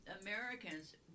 Americans